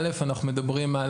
דבר ראשון,